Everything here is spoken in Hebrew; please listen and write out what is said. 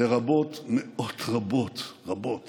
לרבות מאות רבות רבות